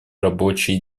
рабочий